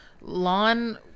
lawn